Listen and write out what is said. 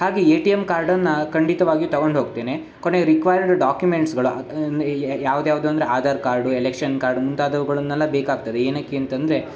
ಹಾಗೇ A T M ಕಾರ್ಡನ್ನು ಖಂಡಿತವಾಗ್ಯೂ ತೊಗೊಂಡು ಹೋಗ್ತೇನೆ ಕೊನೆಗೆ ರಿಕ್ವೈರ್ಡ್ ಡಾಕ್ಯುಮೆಂಟ್ಸ್ಗಳು ಯಾವ್ದ್ಯಾವ್ದು ಅಂದರೆ ಆಧಾರ್ ಕಾರ್ಡು ಎಲೆಕ್ಷನ್ ಕಾರ್ಡು ಮುಂತಾದವುಗಳನ್ನಲ್ಲ ಬೇಕಾಗ್ತದೆ ಏನಕ್ಕೆ ಅಂತಂದರೆ